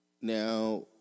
Now